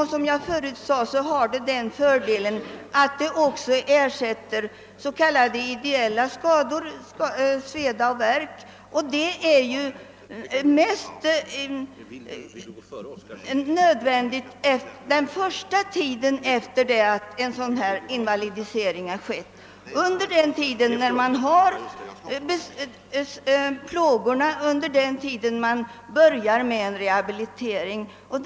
Och som jag förut sade har det den fördelen att det också ersätter s.k. ideella skador — sveda och värk — och detta är ju mest nödvändigt under den första tiden efter det att en invalidisering skett. Det är under den tiden man har plågorna, och det är även under den tiden som rehabiliteringen påbörjas.